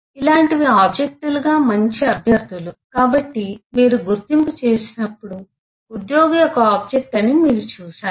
ఇలాంటివి ఆబ్జెక్ట్ లుగా మంచి అభ్యర్థులు కాబట్టి మీరు గుర్తింపు చేసినప్పుడు ఉద్యోగి ఒక ఆబ్జెక్ట్ అని మీరు చూశారు